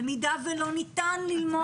במידה ולא ניתן ללמוד